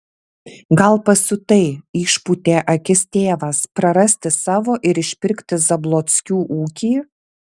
gal pasiutai išpūtė akis tėvas prarasti savo ir išpirkti zablockių ūkį